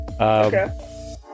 okay